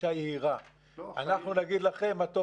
בגישה יהירה: אנחנו נגיד לכם מה טוב